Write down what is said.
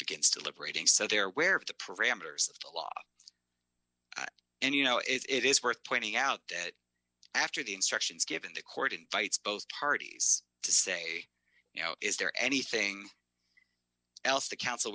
begins to liberating so there where of the parameters of the law and you know it is worth pointing out that after the instructions given the court invites both parties to say you know is there anything else t